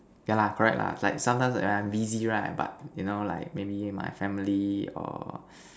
yeah lah correct lah like sometimes when I'm busy right but you know like maybe my family or